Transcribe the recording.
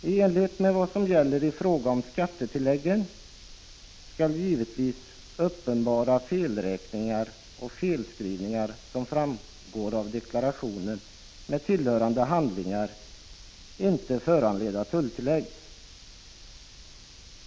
I enlighet med vad som gäller i fråga om skattetilläggen skall givetvis uppenbara felräkningar eller felskrivningar som framgår av deklarationen med tillhörande handlingar inte föranleda tulltilllägg.